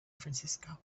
francisco